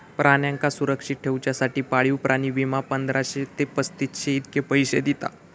प्राण्यांका सुरक्षित ठेवच्यासाठी पाळीव प्राणी विमा, पंधराशे ते पस्तीसशे इतके पैशे दिता